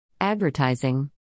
Advertising